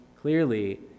clearly